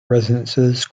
resonances